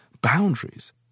boundaries